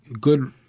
good